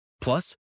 Plus